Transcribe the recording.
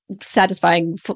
satisfying